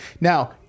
Now